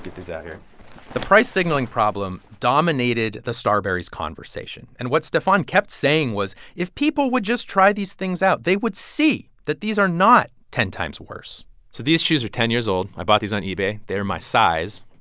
get these out here the price signaling problem dominated the starbury's conversation. and what stephon kept saying was if people would just try these things out, they would see that these are not ten times worse so these shoes are ten years old. i bought these on ebay. they're my size.